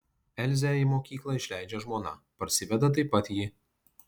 elzę į mokyklą išleidžia žmona parsiveda taip pat ji